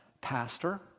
Pastor